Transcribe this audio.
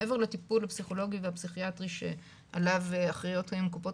מעבר לטיפול הפסיכולוגי והפסיכיאטרי שעליו אחראיות היום קופות